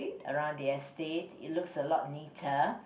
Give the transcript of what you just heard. around the estate it looks a lot neater